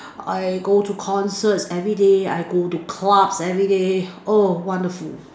I go to concerts everyday I go to clubs everyday oh wonderful